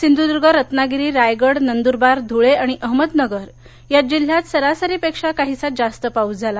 सिंधुदूर्ग रत्नागिरी रायगड नंदूरबार धुळे आणि अहमदनगर या जिल्ह्यात सरासरी पेक्षा काहीसा जास्त पाऊस झाला